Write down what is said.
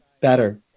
better